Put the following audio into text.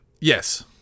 Yes